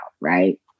Right